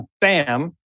bam